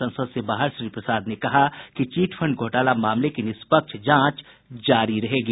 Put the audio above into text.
संसद से बाहर श्री प्रसाद ने कहा कि चिटफंड घोटाला मामलेकी निष्पक्ष जांच जारी रहेगी